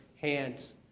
hands